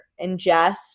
ingest